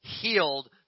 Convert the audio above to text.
healed